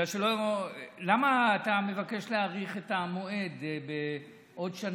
למה אתה מבקש להאריך את זה בעוד שנה?